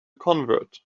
convert